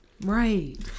Right